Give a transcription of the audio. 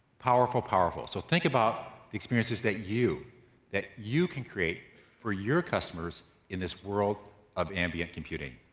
powerful, powerful, so think about experiences that you that you can create for your customers in this world of ambient computing.